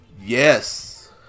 Yes